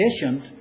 patient